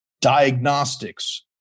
diagnostics